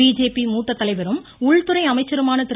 BJP மூத்த தலைவரும் உள்துறை அமைச்சருமான திரு